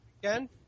again